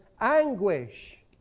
anguish